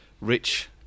Rich